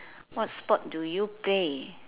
what sport do you play